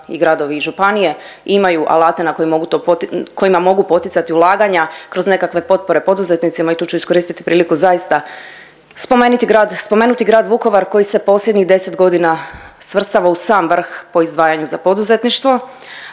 i gradovi i županije imaju alate kojima mogu poticati ulaganja kroz nekakve potpore poduzetnicima i tu ću iskoristiti priliku zaista spomenuti grad Vukovar koji se posljednjih 10 godina svrstava u sam vrh po izdvajanju za poduzetništvo,